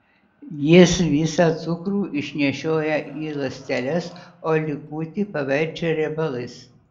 jis visą cukrų išnešioja į ląsteles o likutį paverčia riebalais